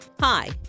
hi